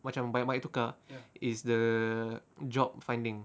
macam banyak-banyak tukar is the job finding